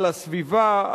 על הסביבה,